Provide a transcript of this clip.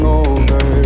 over